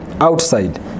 Outside